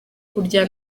kurya